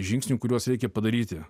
žingsnių kuriuos reikia padaryti